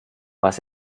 was